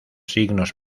signos